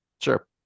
Sure